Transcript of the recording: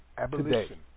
Abolition